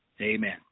Amen